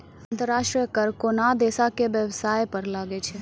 अंतर्राष्ट्रीय कर कोनोह देसो के बेबसाय पर लागै छै